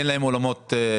אולמות גדולים?